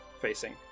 facing